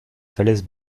falaise